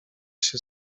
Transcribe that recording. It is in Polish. się